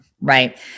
right